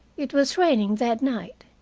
it was raining that night,